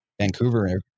Vancouver